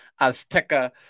Azteca